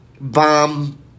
bomb